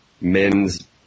men's